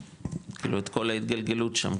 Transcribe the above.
כאילו את כל ההתגלגלות שם,